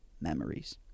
memories